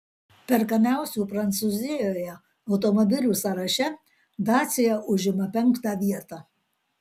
perkamiausių prancūzijoje automobilių sąraše dacia užima penktą vietą